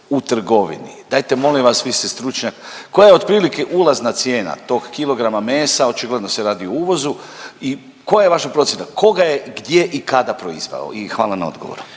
u trgovini, dajte molim vas, vi ste stručnjak, koja je otprilike ulazna cijena tog kilograma mesa, očigledno se radi o uvozu i koja je vaša procjena, ko ga je, gdje i kada proizveo i hvala na odgovoru.